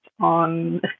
on